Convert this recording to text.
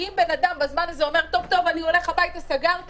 שאם בן אדם בזמן הזה אומר שהוא הולך הביתה וסוגר,